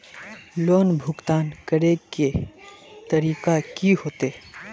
Loan भुगतान करे के तरीका की होते?